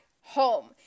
home